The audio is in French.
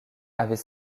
avait